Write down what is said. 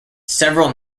several